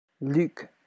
luke